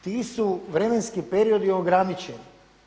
Ti su vremenski periodi ograničeni.